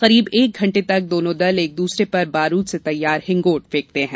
करीब एक घंटे तक दोनो दल एक द्रसरे पर बारूद से तैयार हिंगोट फेकते हैं